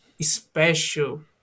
special